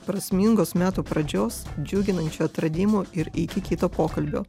prasmingos metų pradžios džiuginančių atradimų ir iki kito pokalbio